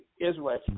Israel